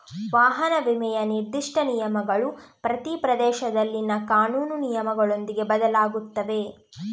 ವಾಹನ ವಿಮೆಯ ನಿರ್ದಿಷ್ಟ ನಿಯಮಗಳು ಪ್ರತಿ ಪ್ರದೇಶದಲ್ಲಿನ ಕಾನೂನು ನಿಯಮಗಳೊಂದಿಗೆ ಬದಲಾಗುತ್ತವೆ